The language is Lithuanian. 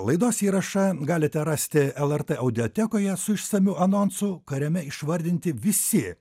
laidos įrašą galite rasti lrt audiotekoje su išsamiu anonsu kuriame išvardinti visi